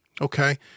okay